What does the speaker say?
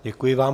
Děkuji vám.